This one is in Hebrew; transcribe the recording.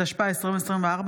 התשפ"ה 2024,